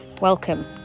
Welcome